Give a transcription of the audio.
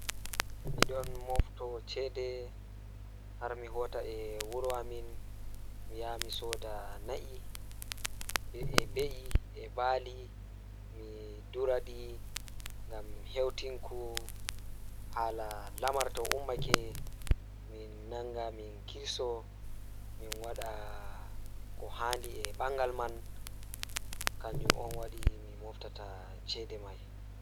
Miɗon mofta ceede har mo hoota e wuro amin Koɗɗo maa yejjitinii ngam heɓde aɗa weetti kañum. Faatin, toɓɓito kaɓe nde waɗi laabiɓe ngam anndude ɗumɗe siifaa e njarata. Teeŋtino ngal woni e paam ma, faatin taggiiri ngal ngam waasa: ruuhu suudu, ndeema toɗɗaaɗe maa ngooriɗi, kadi koyɗa koɗɗin binndude kaŋngol maa laabde jeenɗe. Gaawte woniraa ngam heɓde ɗum nguure